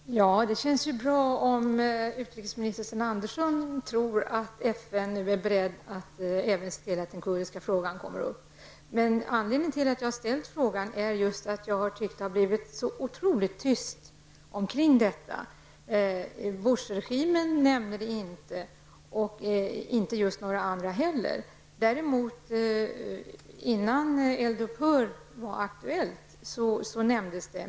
Herr talman! Det känns bra om utrikesminister Sten Andersson tror att FN nu är berett att se till att även den kurdiska frågan kommer upp. Anledningen till att jag ställde min fråga är den att jag tycker att det har blivit så otroligt tyst. Bushregimen säger ingenting och knappast några andra heller. Innan eld upphör var aktuellt nämndes emellertid saken.